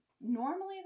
Normally